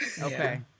Okay